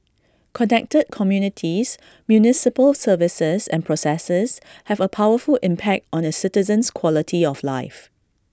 connected communities municipal services and processes have A powerful impact on A citizen's quality of life